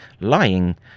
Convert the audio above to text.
Lying